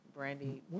Brandy